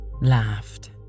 laughed